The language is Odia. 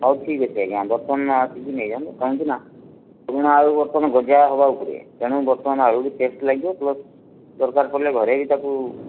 ହେଉ ଠିକ ଅଛି ଆଜ୍ଞା ବର୍ତ୍ତମାନ ଆସିକି ନେଇଯାନ୍ତୁ କାହିଁକିନା ପୁରୁଣା ଆଳୁ ବର୍ତ୍ତମାନ ଗଜା ହେବା ଓପରେ ତେଣୁ ବର୍ତ୍ତମାନ ଆଳୁ ବି ଟେଷ୍ଟ ଲାଗିବ ପ୍ଲସ୍ ଦରକାର ପଡ଼ିଲେ ଘରେ ବି ତାକୁ